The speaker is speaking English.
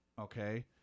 okay